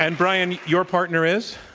and bryan, your partner is?